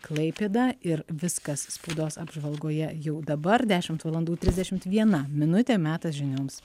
klaipėda ir viskas spaudos apžvalgoje jau dabar dešimt valandų trisdešim viena minutė metas žinioms